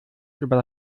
über